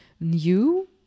new